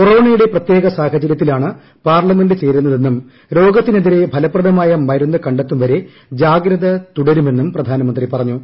കൊറോണയുടെ പ്രത്യേക സാഹചര്യത്തിലാണ് പാ്ർലമെന്റ് ചേരുന്നതെന്നും രോഗത്തിനെ തിരെ ഫലപ്രദമായ മരുന്ന് കണ്ടെത്തും വരെ ജാഗ്രത തുടരുമെന്നും പ്രധാനമന്ത്രി പറഞ്ഞു